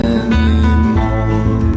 anymore